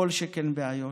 כל שכן באיו"ש.